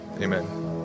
amen